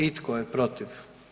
I tko je protiv?